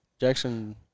Jackson